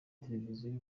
televiziyo